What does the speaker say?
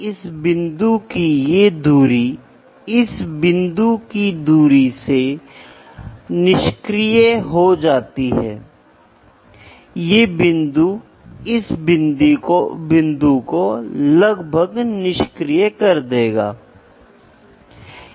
यह बुनियादी प्रणाली है दूसरी चीजें जैसे कि विद्युत धारा वह मोल हो सकता है वह कैंडेला हो सकता है इसका मतलब कहने के लिए यह तीव्रता का है और आखिरी वाला दूरी होगा सही है